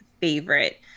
favorite